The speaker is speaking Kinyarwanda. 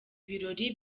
birori